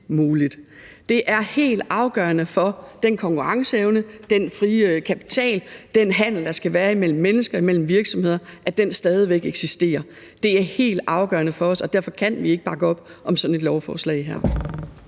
muligt. Det er helt afgørende for den konkurrenceevne, den frie kapital, den handel, der skal være imellem mennesker, imellem virksomheder, at den stadig væk eksisterer. Det er helt afgørende for os, og derfor kan vi ikke bakke op om sådan et lovforslag her.